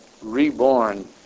reborn